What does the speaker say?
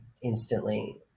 instantly